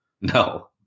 No